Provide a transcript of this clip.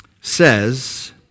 says